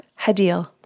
Hadil